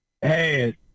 Hey